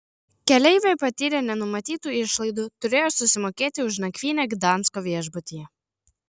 keleiviai patyrė nenumatytų išlaidų turėjo susimokėti už nakvynę gdansko viešbutyje